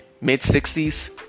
mid-60s